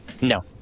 No